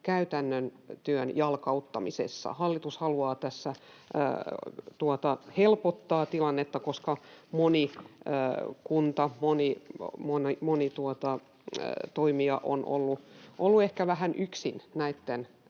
käytännön työn jalkauttamisessa. Hallitus haluaa tässä helpottaa tilannetta, koska moni kunta, moni toimija on ollut ehkä vähän yksin näitten